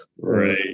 Right